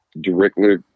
directly